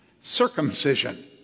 Circumcision